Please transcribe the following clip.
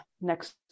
next